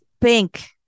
pink